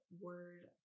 word